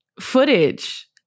footage